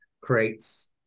creates